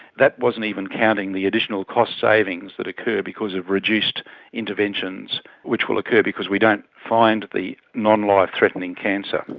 that wasn't even counting the additional cost savings that occur because of reduced interventions which will occur because we don't find the non-life-threatening cancer.